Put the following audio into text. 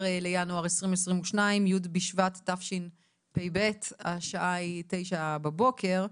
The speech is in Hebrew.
ה-12 בינואר 2022 י' בשבט תשפ"ב השעה היא 9:00 בבוקר.